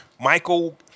Michael